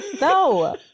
no